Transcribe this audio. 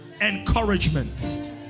encouragement